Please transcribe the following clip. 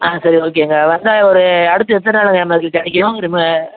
ஆ சரி ஓகேங்க வந்தால் ஒரு அடுத்து எத்தனை நாள்லங்க நமக்குக் கிடைக்கும் ரிம